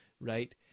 right